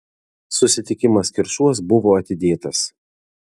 susitikimas kiršuos buvo atidėtas